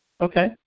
Okay